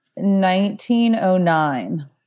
1909